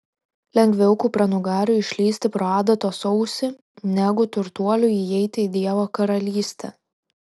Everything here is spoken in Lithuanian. lengviau kupranugariui išlįsti pro adatos ausį negu turtuoliui įeiti į dievo karalystę